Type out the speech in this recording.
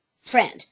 friend